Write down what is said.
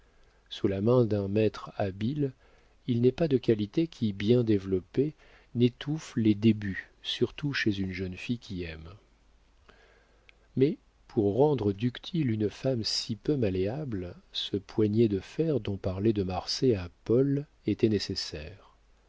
sous la main d'un maître habile il n'est pas de qualité qui bien développée n'étouffe les défauts surtout chez une jeune fille qui aime mais pour rendre ductile une femme si peu malléable ce poignet de fer dont parlait de marsay à paul était nécessaire